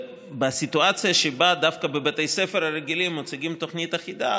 בסיטואציה שבה דווקא בבתי הספר הרגילים מציגים תוכנית אחידה,